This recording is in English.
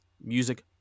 music